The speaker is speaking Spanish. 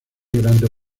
grandes